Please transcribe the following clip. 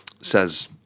says